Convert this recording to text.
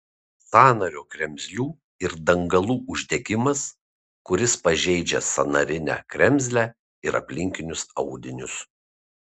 sąnario kremzlių ir dangalų uždegimas kuris pažeidžia sąnarinę kremzlę ir aplinkinius audinius